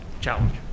challenge